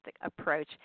Approach